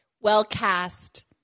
well-cast